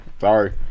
Sorry